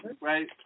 right